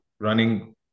running